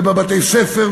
בבתי-הספר,